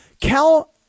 Cal